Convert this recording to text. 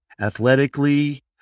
athletically